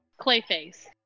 Clayface